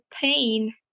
pain